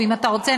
ואם אתה רוצה,